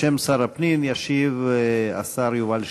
בשם שר הפנים ישיב השר יובל שטייניץ.